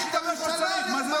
אתה יכול לייצג את הממשלה הנכבדה.